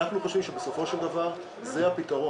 אנחנו חושבים שבסופו של דבר, זה הפתרון.